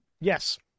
Yes